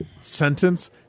sentence